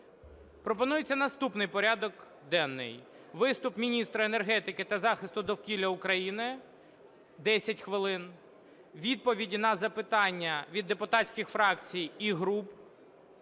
Пропонується наступний порядок денний: виступ міністра енергетики та захисту довкілля України – 10 хвилин, відповіді на запитання від депутатських фракцій і груп